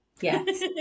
Yes